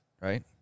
right